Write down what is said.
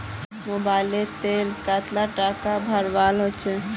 Mobile लोत कतला टाका भरवा होचे?